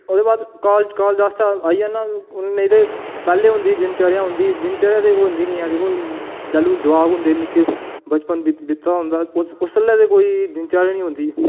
ओह्दे बाद college college आस्तै आई जन्ना उत नेईं ते पैह्लें होंदी दिनचर्या होंदी ही दिनचर्या स्हेई होंदी निं ऐ अजकल जैह्लूं दमाक होंदे निक्के बचपन बित बितदा होंदा हा उसलै ते कोई दिनचर्या निं होंदी ही